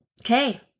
Okay